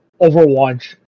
overwatch